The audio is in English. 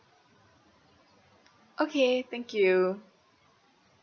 okay thank you